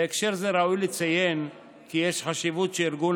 בהקשר זה ראוי לציין כי יש חשיבות שארגון